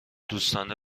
دوستانه